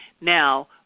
Now